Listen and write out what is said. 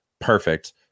perfect